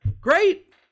great